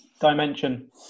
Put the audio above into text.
dimension